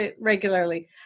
regularly